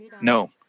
No